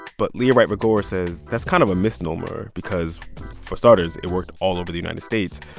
but leah wright rigueur says that's kind of a misnomer because for starters, it worked all over the united states.